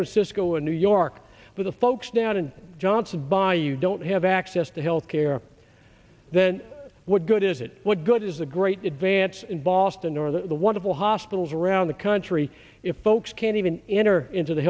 francisco in new york for the folks down in johnson by you don't have access to health care then what good is it what good is a great advance in boston or the wonderful hospitals around the country if folks can't even enter into the